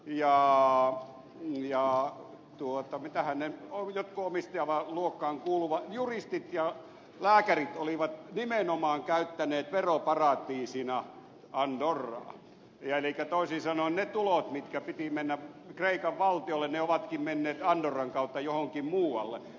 jaa jaa a tuota mitä hänen ohjattua jotkut kreikkalaiset omistajaluokkaan kuuluvat juristit ja lääkärit olivat käyttäneet veroparatiisina nimenomaan andorraa elikkä toisin sanoen ne tulot joiden piti mennä kreikan valtiolle olivatkin menneet andorran kautta johonkin muualle